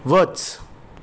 वच